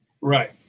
Right